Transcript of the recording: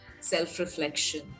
self-reflection